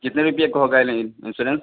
कितने रुपये का होगा इंसोरेंस